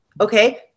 Okay